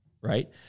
right